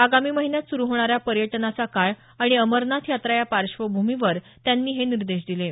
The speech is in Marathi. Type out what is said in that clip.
आगामी महिन्यात सुरू होणारा पर्यटनाचा काळ आणि अमरनाथ यात्रा या पार्श्वभूमीवर त्यांनी हे निर्देश दिले आहेत